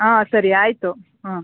ಹಾಂ ಸರಿ ಆಯಿತು ಹಾಂ